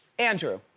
andrew,